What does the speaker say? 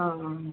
ஆ ஆ